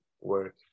work